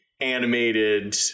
animated